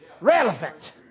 relevant